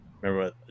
Remember